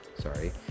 sorry